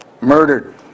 murdered